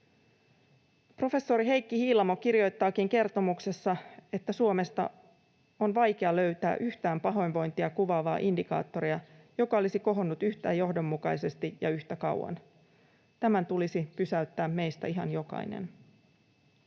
Professori Heikki Hiilamo kirjoittaakin kertomuksessa, että Suomesta on vaikea löytää yhtään pahoinvointia kuvaavaa indikaattoria, joka olisi kohonnut yhtä johdonmukaisesti ja yhtä kauan. Tämän tulisi pysäyttää meistä ihan jokaisen.